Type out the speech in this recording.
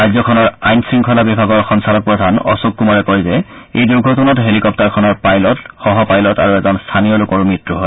ৰাজ্যখনৰ আইন শংখলা বিভাগৰ সঞ্চালকপ্ৰধান অশোক কুমাৰে কয় যে এই দুৰ্ঘটনাত হেলিকপ্তাৰখনৰ পাইলট সহপাইলট আৰু এজন স্থানীয় লোকৰো মৃত্যু হয়